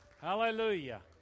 Hallelujah